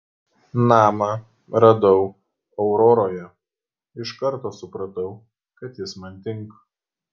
namą radau auroroje iš karto supratau kad jis man tinka